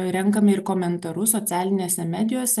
renkame ir komentarus socialinėse medijose